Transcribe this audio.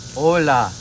Hola